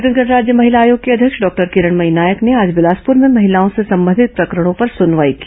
छत्तीसगढ़ राज्य महिला आयोग की अध्यक्ष डॉक्टर किरणमयी नायक ने आज बिलासप्र में महिलाओं से संबंधित प्रकरणों पर सुनवाई की